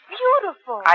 beautiful